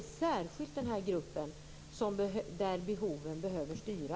Särskilt för denna grupp måste behoven få styra.